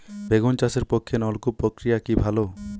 বেগুন চাষের পক্ষে নলকূপ প্রক্রিয়া কি ভালো?